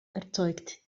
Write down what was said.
erzeugt